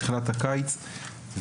בתחילת הקיץ,